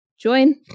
join